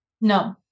No